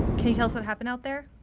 can you tell us what happened out there?